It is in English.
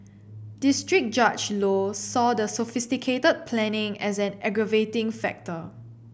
district Judge Low saw the sophisticated planning as an aggravating factor